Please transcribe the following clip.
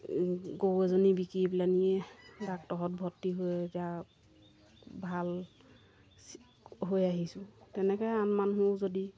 গৰু এজনী বিকি পেলাইনি ডাক্তৰৰ ঘৰত ভৰ্তি হৈ এতিয়া ভাল হৈ আহিছোঁ তেনেকৈ আন মানুহো যদি